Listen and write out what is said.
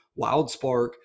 WildSpark